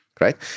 right